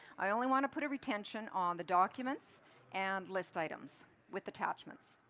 i only want to put a retention on the documents and list items with attachments.